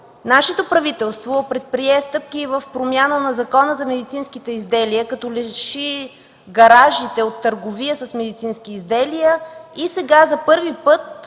нашето правителство предприе стъпки за промяна в Закона за медицинските изделия, като лиши гаражите от търговия с медицински изделия. Сега за първи път